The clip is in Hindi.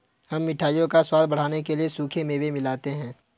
हम मिठाइयों का स्वाद बढ़ाने के लिए सूखे मेवे मिलाते हैं